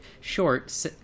short